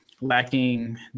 lacking